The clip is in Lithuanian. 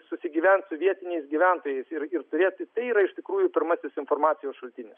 susigyvent su vietiniais gyventojais ir ir turėt tai yra iš tikrųjų pirmasis informacijos šaltinis